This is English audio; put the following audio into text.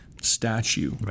Statue